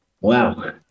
Wow